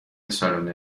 سالن